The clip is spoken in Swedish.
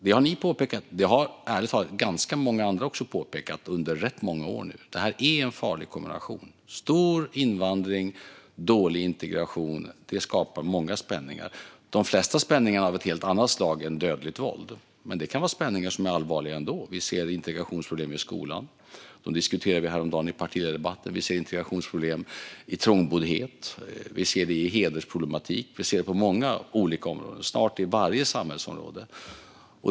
Det har ni påpekat, och det har ärligt talat ganska många andra också påpekat nu under rätt många år. Det är en farlig kombination. Stor invandring och dålig integration skapar många spänningar. De flesta spänningarna är av ett helt annat slag än dödligt våld. Men det kan vara spänningar som är allvarliga nog ändå. Vi ser integrationsproblem i skolan. Dem diskuterade vi häromdagen i partiledardebatten. Vi ser integrationsproblem i trångboddhet. Vi ser det i hedersproblematik. Vi ser det på många olika områden, och snart i varje samhällsområde.